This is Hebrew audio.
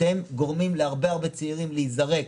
אתם גורמים להרבה הרבה צעירים להיזרק